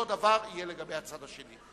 אותו דבר יהיה לגבי הצד השני.